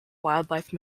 wildlife